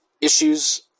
issues